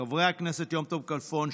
חברי הכנסת יום טוב כלפון,